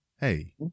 Hey